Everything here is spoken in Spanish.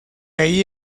ahí